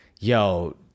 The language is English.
Yo